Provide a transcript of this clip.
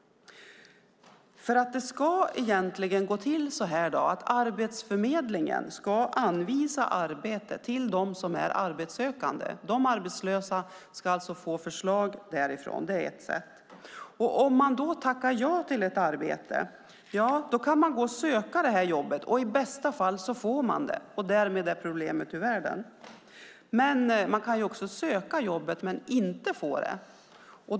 Egentligen ska det gå till så här: Arbetsförmedlingen ska anvisa arbete till dem som är arbetssökande. De arbetslösa ska alltså få förslag därifrån. Det är ett sätt. Om man tackar ja till ett arbete kan man gå och söka det. I bästa fall får man det, och därmed är problemet ur världen. Men man kan också söka jobbet men inte få det.